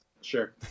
Sure